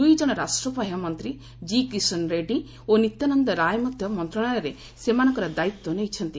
ଦୁଇ ଜଣ ରାଷ୍ଟ୍ରପାହ୍ୟା ମନ୍ତ୍ରୀ କିି କ୍ରିଷନ୍ ରେଡ୍ରୀ ଓ ନିତ୍ୟାନନ୍ଦ ରାୟ ମଧ୍ୟ ମନ୍ତ୍ରଣାଳୟରେ ସେମାନଙ୍କର ଦାୟିତ୍ୱ ନେଇଛନ୍ତି